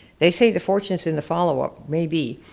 they say the fortune's in the follow-up, maybe,